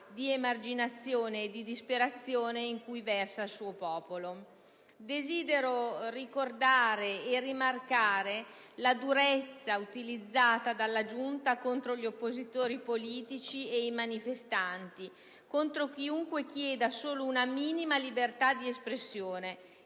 di emarginazione e di disperazione in cui versa il suo popolo. Desidero ricordare e rimarcare la durezza utilizzata dalla giunta contro gli oppositori politici ed i manifestanti, contro chiunque chieda solo una minima libertà di espressione.